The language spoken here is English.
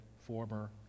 former